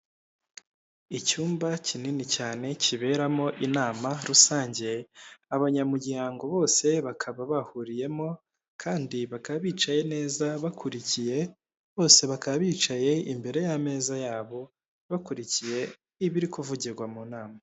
Icyumba kinini cyane kiberamo inama rusange, abanyamuryango bose bakaba bahuriyemo kandi bakaba bicaye neza bakurikiye, bose bakaba bicaye imbere y'ameza yabo bakurikiye ibiri kuvugirwa mu nama.